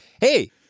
hey